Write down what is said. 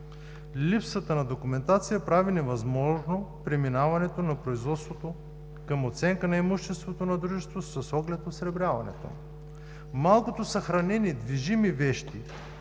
Липсата на документация прави невъзможно преминаването на производството към оценка на имуществото на дружеството с оглед осребряването му. Малкото съхранени движими вещи,